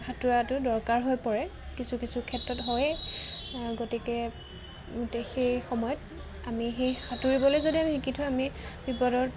সাঁতোৰাটো দৰকাৰ হৈ পৰে কিছু কিছু ক্ষেত্ৰত হয়েই গতিকে সেই সময়ত আমি সেই সাঁতুৰিবলৈ যদি আমি শিকি থওঁ আমি বিপদত